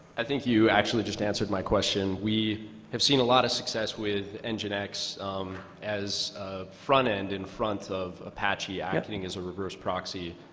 i think you actually just answered my question. we have seen a lot of success with enginex as a front end in front of apache, acting as a reverse proxy.